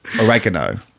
Oregano